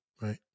right